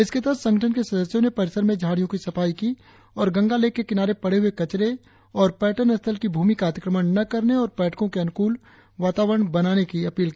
इसके तहत संगठन के सदस्यों ने परिसर में झाड़ियों की सफाई की और गंगा लेक के किनारे पड़े हुए कचरे और पर्यटकों स्थल की भूमि का अतिक्रमण न करने और पर्यटको के अनुकूल वातावरण बनाने की अपील की